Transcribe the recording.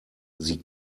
sie